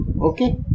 Okay